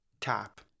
tap